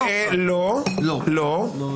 לא, לא.